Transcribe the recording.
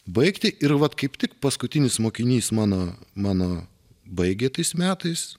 baigti ir vat kaip tik paskutinis mokinys mano mano baigė tais metais